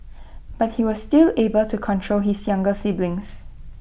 but he was still able to control his younger siblings